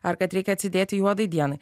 ar kad reikia atsidėti juodai dienai